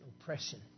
oppression